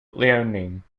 liaoning